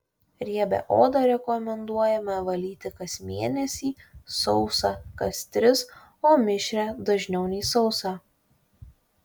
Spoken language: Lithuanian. riebią odą rekomenduojame valyti kas mėnesį sausą kas tris o mišrią dažniau nei sausą